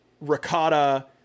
ricotta